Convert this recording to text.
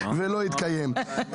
ולא התקיים.